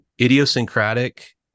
idiosyncratic